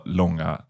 långa